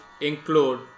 include